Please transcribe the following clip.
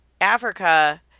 Africa